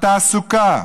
בתעסוקה,